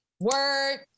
Word